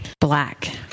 Black